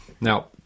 Now